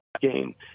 game